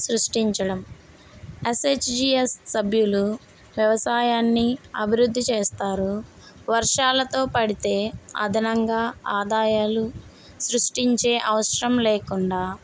సృష్టించడం ఎస్హెచ్జిస్ సభ్యులు వ్యవసాయాన్ని అభివృద్ధి చేస్తారు వర్షాలతో పడితే అదనంగా ఆదాయాలు సృష్టించే అవసరం లేకుండా